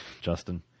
Justin